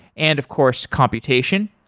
and of course, computation.